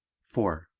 four.